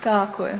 Tako je.